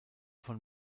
von